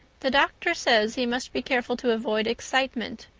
the doctor says he must be careful to avoid excitement.